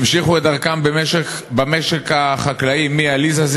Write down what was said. המשיכו את דרכם במשק החקלאי אמי עליזה,